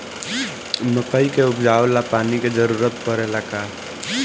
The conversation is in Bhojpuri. मकई के उपजाव ला पानी के जरूरत परेला का?